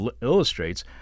illustrates